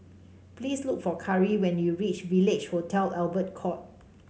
please look for Cari when you reach Village Hotel Albert Court